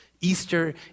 Easter